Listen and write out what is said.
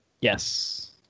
Yes